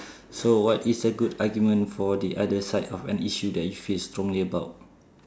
so what is a good argument for the other side of an issue that you feel strongly about